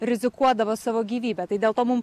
rizikuodavo savo gyvybe tai dėl to mum